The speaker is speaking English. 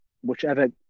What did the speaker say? whichever